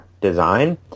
design